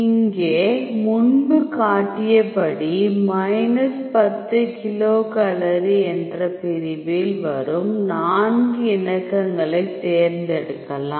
இங்கே முன்பு காட்டியபடி மைனஸ் 10 கிலோகலோரி என்ற பிரிவில் வரும் நான்கு இணக்கங்களை தேர்ந்தெடுக்கலாம்